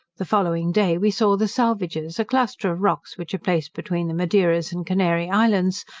the following day we saw the salvages, a cluster of rocks which are placed between the madeiras and canary islands,